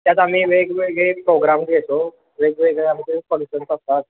त्यात आम्ही वेगवेगळे प्रोग्राम घेतो वेगवेगळे आमचे फंक्शन्स असतात